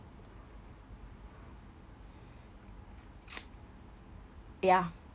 yeah